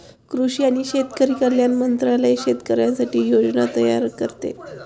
कृषी आणि शेतकरी कल्याण मंत्रालय शेतकऱ्यांसाठी योजना तयार करते